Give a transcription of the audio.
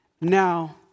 now